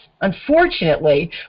Unfortunately